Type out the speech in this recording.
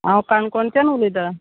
हांव काणकोणच्यान उलयतां